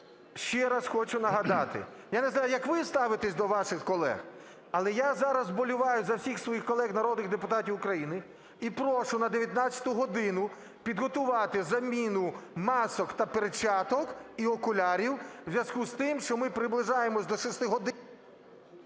ще раз хочу нагадати, я не знаю, як ви ставитесь до ваших колег, але я зараз вболіваю за всіх своїх колег - народних депутатів України і прошу на 19 годину підготувати заміну масок та перчаток і окулярів в зв'язку з тим, що ми приближаємося до шестигодин...